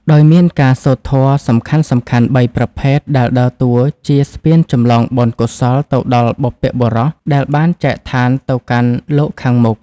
ដោយមានការសូត្រធម៌សំខាន់ៗបីប្រភេទដែលដើរតួជាស្ពានចម្លងបុណ្យកុសលទៅដល់បុព្វបុរសដែលបានចែកឋានទៅកាន់លោកខាងមុខ។